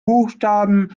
buchstaben